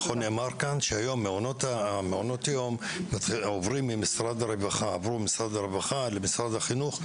זה נכון שמעונות היום עוברים ממשרד הרווחה למשרד החינוך.